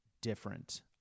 different